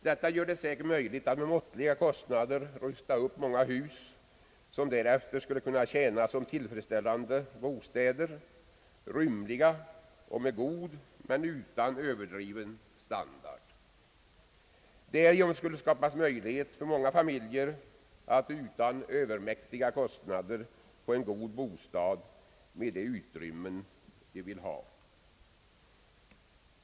Detta gör det säkert möjligt att med måttliga kostnader rusta upp många hus, som därefter skulle kunna tjäna som tillfredsställande bostäder, rymliga och med god men utan överdriven standard. Därigenom skulle möjlighet skapas för många familjer att utan övermäktiga kostnader få en god bostad med de utrymmen de vill ha.